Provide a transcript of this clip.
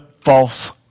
false